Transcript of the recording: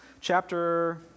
chapter